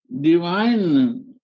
divine